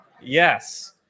Yes